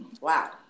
Wow